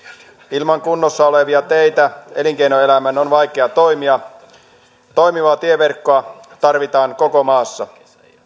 ilman kunnossa olevia teitä elinkeinoelämän on vaikea toimia toimivaa tieverkkoa tarvitaan koko maassa